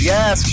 Yes